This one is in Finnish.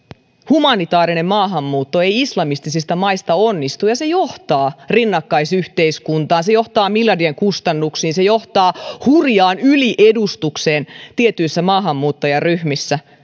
humanitaarinen maahanmuutto ei islamistisista maista onnistu ja se johtaa rinnakkaisyhteiskuntaan se johtaa miljardien kustannuksiin se johtaa hurjaan yliedustukseen tietyissä maahanmuuttajaryhmissä